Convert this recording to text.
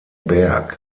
berg